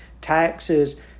taxes